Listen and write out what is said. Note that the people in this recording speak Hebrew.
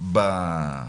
המצב